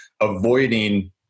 avoiding